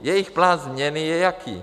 Jejich plán změny je jaký?